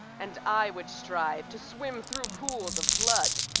and i would strive to swim through pools of blood,